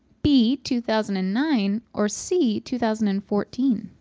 b, two thousand and nine, or c, two thousand and fourteen?